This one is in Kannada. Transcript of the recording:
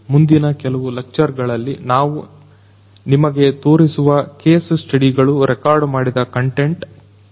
ಮುಂದಿನ ಕೆಲವು ಲೆಕ್ಚರ್ ಗಳಲ್ಲಿ ನಾವು ನಿಮಗೆ ತೋರಿಸುವ ಕೇಸ್ ಸ್ಟಡಿ ಗಳು ರೆಕಾರ್ಡ್ ಮಾಡಿದ ಕಂಟೆಂಟ್ ಇಂಡಸ್ಟ್ರಿ4